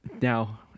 now